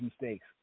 mistakes